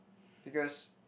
because